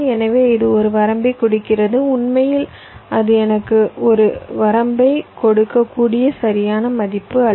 எனவே இது ஒரு வரம்பைக் கொடுக்கிறது உண்மையில் அது எனக்கு ஒரு வரம்பைக் கொடுக்கக்கூடிய சரியான மதிப்பு அல்ல